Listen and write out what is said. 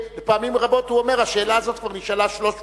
פעמים רבות הוא אומר: השאלה הזאת כבר נשאלה 300 פעם.